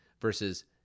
versus